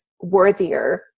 worthier